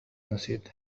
نسيت